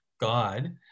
God